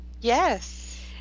Yes